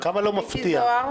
מיקי זוהר,